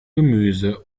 gemüse